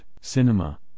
cinema